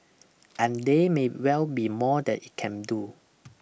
and there may well be more that it can do